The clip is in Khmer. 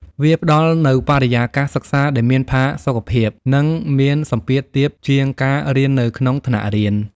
វាផ្ដល់នូវបរិយាកាសសិក្សាដែលមានផាសុកភាព និងមានសម្ពាធទាបជាងការរៀននៅក្នុងថ្នាក់រៀន។